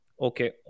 Okay